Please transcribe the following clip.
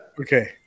Okay